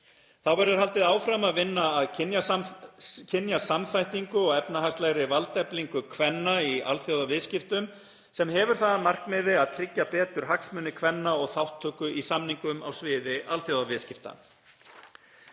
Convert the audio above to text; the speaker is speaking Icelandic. Þá verður haldið áfram að vinna að kynjasamþættingu og efnahagslegri valdeflingu kvenna í alþjóðaviðskiptum sem hefur það að markmiði að tryggja betur hagsmuni kvenna og þátttöku í samningum á sviði alþjóðaviðskipta.